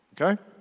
Okay